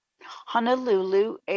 Honolulu